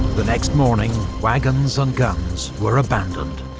the next morning wagons and guns were abandoned.